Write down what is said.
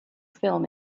film